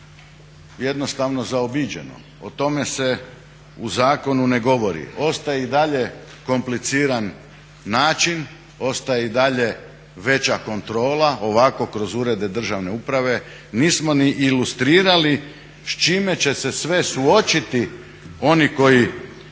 jednostavno zaobiđeno. O tome se u zakonu ne govori. Ostaje i dalje kompliciran način, ostaje i dalje veća kontrola ovako kroz urede državne uprave. Nismo ni ilustrirali s čime će se sve suočiti oni koji